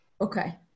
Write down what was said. Okay